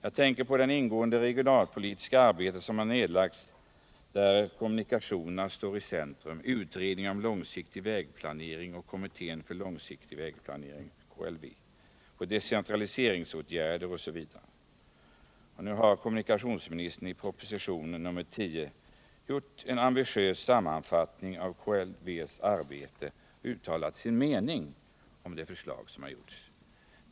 Jag tänker på det ingående regionalpolitiska arbete som nedlagts, där kommunikationerna står i centrum, på utredningen om långsiktig vägplanering och kommittén för långsiktig vägplanering, KLV, på decentraliseringsåtgärder osv. Nu har kom munikationsministern i propositionen 10 gjort en ambitiös sammanfattning av KLV:s arbete och uttalat sin mening beträffande de förslag som lämnats.